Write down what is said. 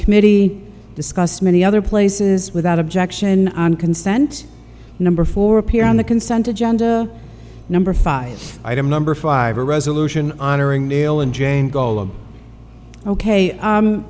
committee discussed many other places without objection on consent number four appear on the consent agenda number five item number five a resolution honoring male and jane goal of ok